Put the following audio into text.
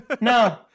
No